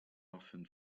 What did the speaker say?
often